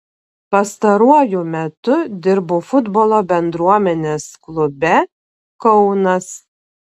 pastaruoju metu dirbau futbolo bendruomenės klube kaunas